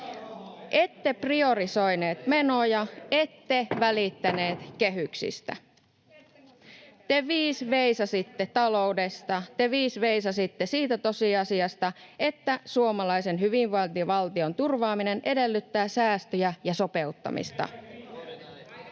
ette priorisoineet menoja, ette välittäneet kehyksistä. Te viis veisasitte taloudesta, te viis veisasitte siitä tosiasiasta, että suomalaisen hyvinvointivaltion turvaaminen edellyttää säästöjä ja sopeuttamista.